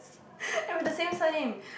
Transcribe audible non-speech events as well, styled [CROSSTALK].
[BREATH] and with the same surname